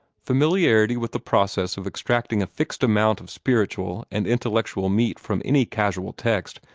familiarity with the process of extracting a fixed amount of spiritual and intellectual meat from any casual text,